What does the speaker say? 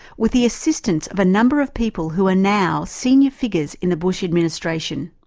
with the assistance of a number of people who are now senior figures in the bush administration.